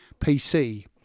PC